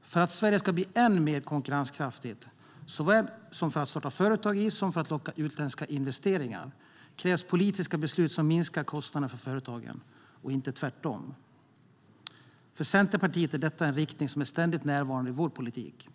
För att Sverige ska bli än mer konkurrenskraftigt när det gäller såväl att starta företag som att locka utländska investeringar krävs politiska beslut som minskar kostnaderna för företagen - inte tvärtom. För Centerpartiet är detta en riktning som är ständigt närvarande i vår politik.